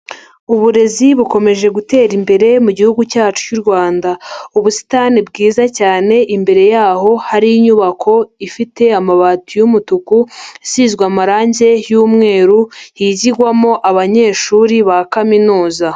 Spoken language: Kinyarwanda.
Uburezi bukomeje gutera imbere mu gihugu cyacu cy'u Rwanda, ubusitani bwiza cyane imbere yaho hari inyubako ifite amabati y'umutuku, isizwe amarangi y'umweru higigwamo abanyeshuri ba kaminuza.